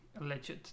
alleged